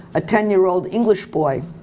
a ten year old english boy.